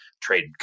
Trade